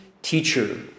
teacher